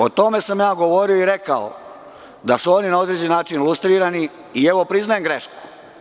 O tome sam ja govorio i rekao da su oni na određeni način lustrirani i evo, priznajem grešku.